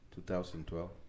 2012